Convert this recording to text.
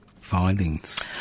findings